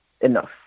enough